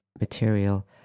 material